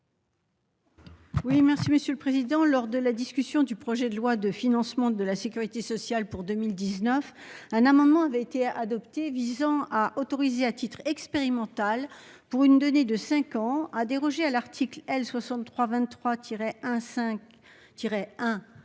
Oui merci messieurs le président lors de la discussion du projet de loi de financement de la Sécurité sociale pour 2019 un amendement avait été adopté visant à autoriser à titre expérimental, pour une donnée de cinq ans à déroger à l'article L.